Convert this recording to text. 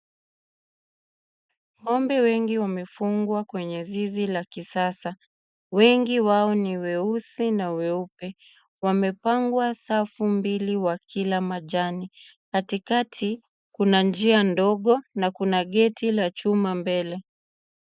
Ng'ombe wengi wamefungwa kwenye zizi la kisasa, wengi wao ni weusi na weupe, wamepangwa safu mbili wakila majani, katikati kuna njia ndogo na kuna geti la chuma mbele.